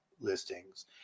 listings